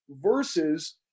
Versus